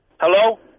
Hello